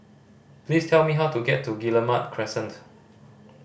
please tell me how to get to Guillemard Crescent